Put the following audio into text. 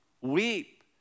weep